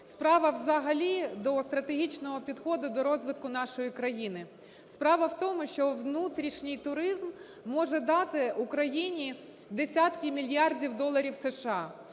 справа взагалі до стратегічного підходу до розвитку нашої країни. Справа в тому, що внутрішній туризм може дати Україні десятки мільярдів доларів США.